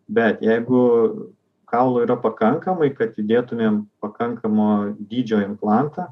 bet jeigu kaulo yra pakankamai kad įdėtumėm pakankamo dydžio implantą